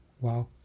Wow